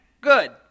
good